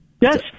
Yes